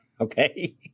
Okay